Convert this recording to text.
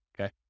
okay